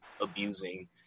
abusing